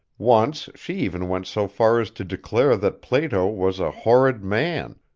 once she even went so far as to declare that plato was a horrid man,